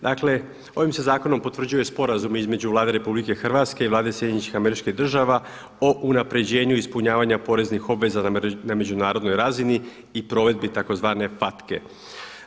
Dakle, ovim se zakonom potvrđuje Sporazum između Vlade RH i Vlade SAD o unapređenju ispunjavanja poreznih obveza na međunarodnoj razini i provedbi tzv. FATCA-e.